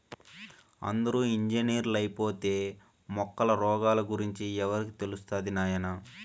అందరూ ఇంజనీర్లైపోతే మొక్కల రోగాల గురించి ఎవరికి తెలుస్తది నాయనా